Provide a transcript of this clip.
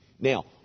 Now